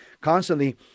constantly